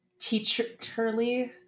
Teacherly